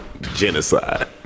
Genocide